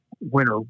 winter